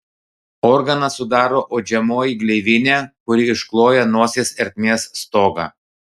organą sudaro uodžiamoji gleivinė kuri iškloja nosies ertmės stogą